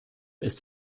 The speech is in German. ist